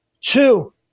Two